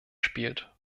spielt